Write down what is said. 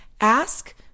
ask